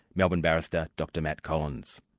melbourne barrister, dr matt collins.